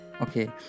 Okay